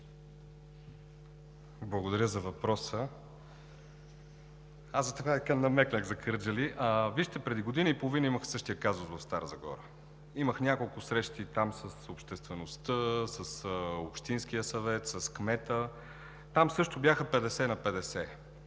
Благодаря за въпроса. Аз намекнах за Кърджали. Преди година и половина имах същия казус в Стара Загора. Имах няколко срещи там с обществеността, с общинския съвет, с кмета, там също бяха 50 на 50